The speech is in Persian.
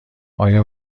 آیا